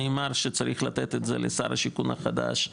נאמר שצריך לתת את זה לשר השיכון החדש,